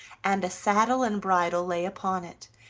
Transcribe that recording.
and a saddle and bridle lay upon it,